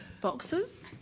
boxes